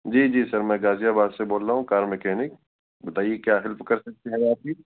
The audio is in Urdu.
جی جی سر میں غازی آباد سے بول رہا ہوں کار مکینک بتائیے کیا ہیلپ کر سکتے ہیں آپ کی